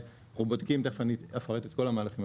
תיכף אני אפרט את כל המהלכים.